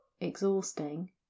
exhausting